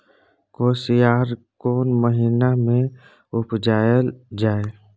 कोसयार कोन महिना मे उपजायल जाय?